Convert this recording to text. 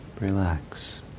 relax